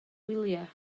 wyliau